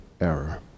error